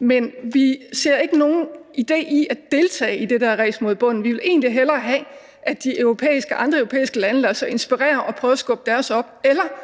Men vi ser ikke nogen idé i at deltage i det der ræs mod bunden. Vi vil egentlig hellere have, at de andre europæiske lande lader sig inspirere og prøver at skubbe deres op,